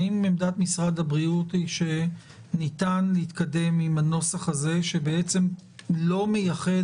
האם עמדת משרד הבריאות היא שניתן להתקדם עם הנוסח הזה שבעצם לא מייחד